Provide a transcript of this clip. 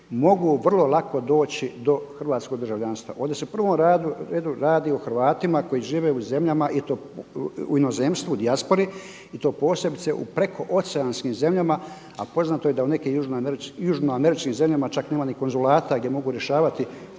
mogu vrlo lako doći do hrvatskog državljanstva. Ovdje se u prvom redu radi o Hrvatima koji žive u zemljama i to u inozemstvu, u dijaspori i to posebice u prekooceanskim zemljama, a poznato je da u nekim južnoameričkim zemljama čak nema ni konzulata gdje mogu rješavati